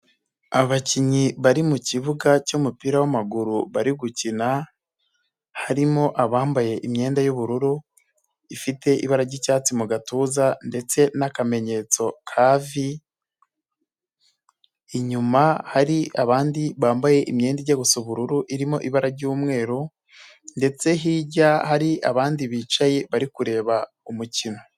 Abakinnyi bari mu kibuga cy'umupira w'amaguru bari gukina harimo abambaye imyenda y'ubururu ifite ibara ry'icyatsi mu gatuza ndetse n'akamenyetso ka vi, inyuma hari abandi bambaye imyenda ijya gusa ubururu irimo ibara ry'umweru ndetse hirya hari abandi bicaye bari kureba umukino.